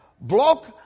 Block